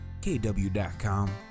KW.com